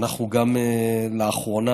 לאחרונה